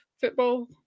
football